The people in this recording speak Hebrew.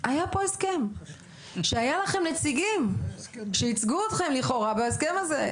היו לכם שם נציגים שייצגו אתכם לכאורה בהסכם הזה.